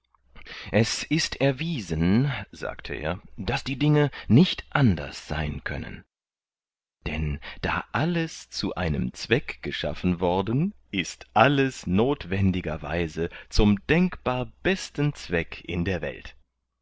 es ist erwiesen sagte er daß die dinge nicht anders sein können denn da alles zu einem zweck geschaffen worden ist alles nothwendigerweise zum denkbar besten zweck in der welt